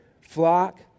flock